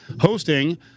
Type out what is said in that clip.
hosting